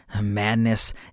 madness